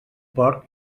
porc